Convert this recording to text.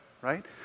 right